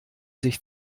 sich